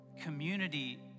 Community